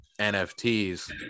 NFTs